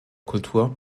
kultur